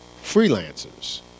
freelancers